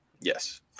yes